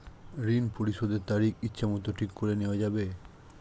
ঋণ পরিশোধের তারিখ ইচ্ছামত ঠিক করে নেওয়া যাবে?